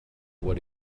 what